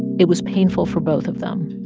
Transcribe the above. it was painful for both of them,